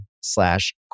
slash